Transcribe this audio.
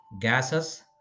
gases